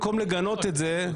במקום לגנות את זה,